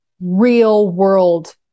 real-world